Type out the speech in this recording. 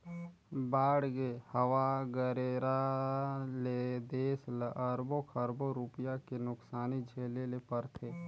बाड़गे, हवा गरेरा ले देस ल अरबो खरबो रूपिया के नुकसानी झेले ले परथे